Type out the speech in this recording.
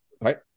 right